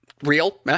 real